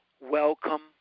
Welcome